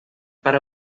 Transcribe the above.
para